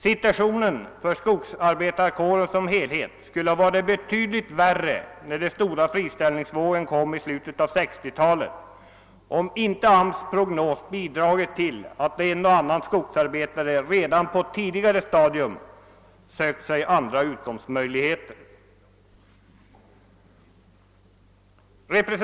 Situationen för skogsarbetarkåren som helhet skulle ha varit betydligt värre när den stora friställningsvågen kom i slutet av 1960-talet, om inte AMS” prognos hade bidragit till att en och annan skogsarbetare redan på ett tidigare stadium hade sökt sig andra inkomstmöjligheter.